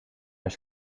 mijn